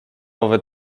owe